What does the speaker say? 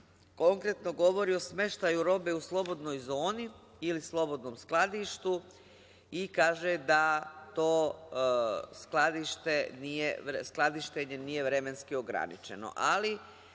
konkretno govori o smeštaju robe u slobodnoj zoni ili slobodnom skladištu i kaže da to skladištenje nije vremenski ograničeno,